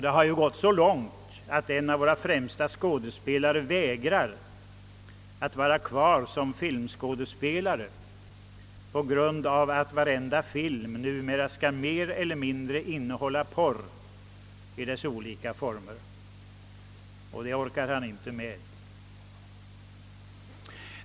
Det har gått så långt att en av våra främsta skådespelare vägrar att stanna kvar som filmskådespelare på grund av att varenda film skall mer eller mindre innehålla porr i dess olika former, och det orkar han inte med.